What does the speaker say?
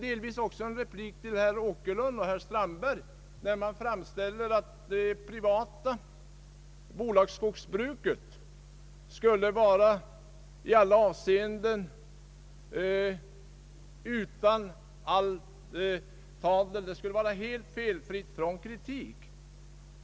Herrar Åkerlund och Strandberg framställde det privata bolagsskogsbruket som i alla avseenden felfritt.